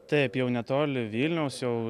taip jau netoli vilniaus jau